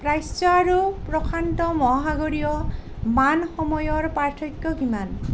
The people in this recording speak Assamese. প্ৰাচ্য আৰু প্ৰশান্ত মহাসাগৰীয় মান সময়ৰ পাৰ্থক্য কিমান